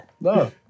no